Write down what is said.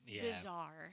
bizarre